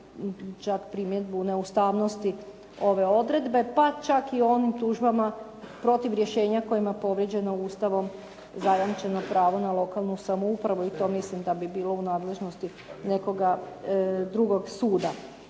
čak primjenu neustavnosti ove odredbe pa čak i onim tužbama protiv rješenja kojima je povrijeđeno Ustavom zajamčeno pravo na lokalnu samoupravu i to mislim da bi bilo u nadležnosti nekoga drugog suda.